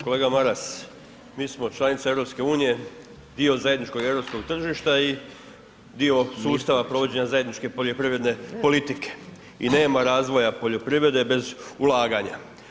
Kolega Maras, mi smo članice EU, dio zajedničkog europskog tržišta i dio sustava provođenja zajedničke poljoprivredne politike, i nema razvoja poljoprivrede, bez ulaganja.